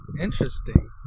Interesting